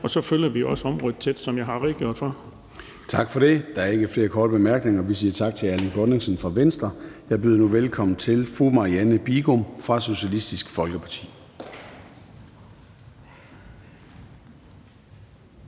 Og så følger vi også området tæt, som jeg har redegjort for. Kl. 13:19 Formanden (Søren Gade): Der er ikke flere korte bemærkninger, så vi siger tak til hr. Erling Bonnesen fra Venstre. Jeg byder nu velkommen til fru Marianne Bigum fra Socialistisk Folkeparti.